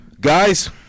Guys